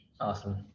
Awesome